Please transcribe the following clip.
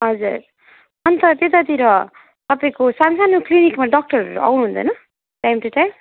हजुर अनि त त्यतातिर तपाईँको सानो सानो क्लिनिकमा डक्टरहरू आउनुहुन्छ होइन टाइम टु टाइम